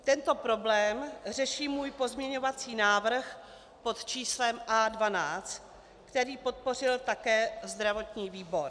Tento problém řeší můj pozměňovací návrh pod číslem A12, který podpořil také zdravotní výbor.